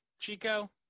Chico